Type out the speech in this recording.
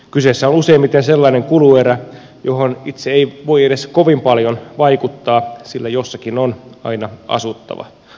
kyseessä on useimmiten sellainen kuluerä johon itse ei voi edes kovin paljon vaikuttaa sillä jossakin on aina asuttava